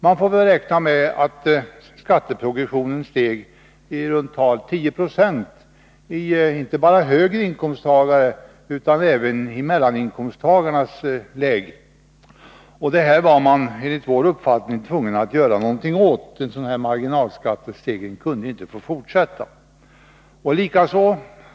Man kan räkna med att skatteprogressionen steg med i runda tal 10 96 inte bara för höginkomsttagare utan även för mellaninkomsttagare. Detta var man enligt vår uppfattning tvungen att göra någonting åt. En sådan marginalskattestegring kunde inte få fortsätta.